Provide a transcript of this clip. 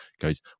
goes